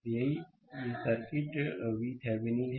slide समय देखें 0034 यही सर्किट VThevenin है